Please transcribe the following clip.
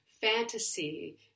fantasy